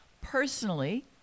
Personally